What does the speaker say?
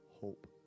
hope